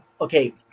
okay